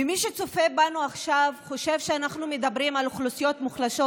מי שצופה בנו עכשיו חושב שאנחנו מדברים על אוכלוסיות מוחלשות,